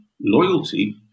loyalty